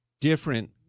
different